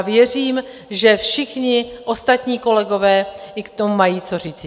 Věřím, že všichni ostatní kolegové k tomu mají co říci.